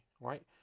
right